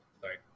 Sorry